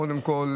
קודם כול,